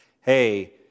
Hey